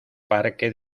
parque